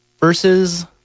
versus